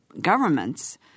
governments